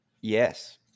Yes